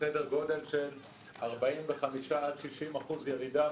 וסדר גודל של 45% עד 60% ירידה.